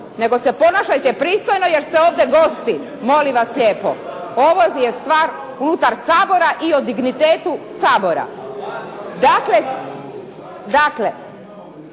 Nego se ponašajte pristojno, jer ste ovdje gosti. Molim vas lijepo. Ovo je stvar unutar Sabora i o dignitetu Sabora. Dakle,